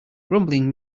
grumbling